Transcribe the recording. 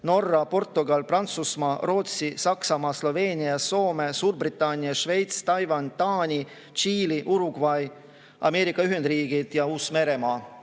Norra, Portugal, Prantsusmaa, Rootsi, Saksamaa, Sloveenia, Soome, Suurbritannia, Šveits, Taiwan, Taani, Tšiili, Uruguay, Ameerika Ühendriigid ja Uus-Meremaa.